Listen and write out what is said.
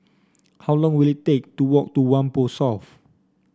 how long will it take to walk to Whampoa South